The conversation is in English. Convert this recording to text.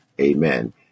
amen